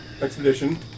Expedition